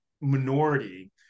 minority